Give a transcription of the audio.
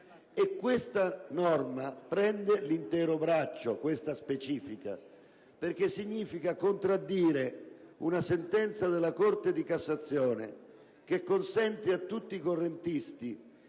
specifica norma prende l'intero braccio, perché significa contraddire una sentenza della Corte di cassazione che consente a tutti i correntisti